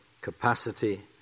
capacity